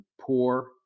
poor